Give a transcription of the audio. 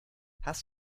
hast